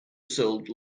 sold